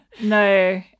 No